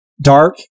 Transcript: dark